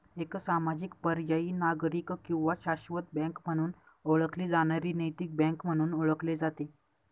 एक सामाजिक पर्यायी नागरिक किंवा शाश्वत बँक म्हणून ओळखली जाणारी नैतिक बँक म्हणून ओळखले जाते